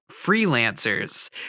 freelancers